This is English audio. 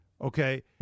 okay